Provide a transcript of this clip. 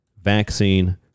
Vaccine